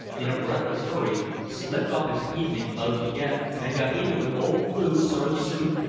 in a breathless hurry, slipped off his evening clothes again and got into an old blue serge suit,